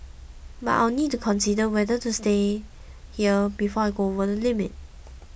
but I'll need to consider whether to stay here before I go over the limit